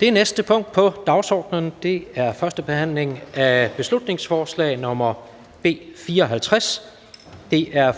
Det næste punkt på dagsordenen er: 3) 1. behandling af beslutningsforslag nr. B 54: